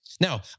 Now